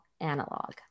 analog